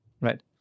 Right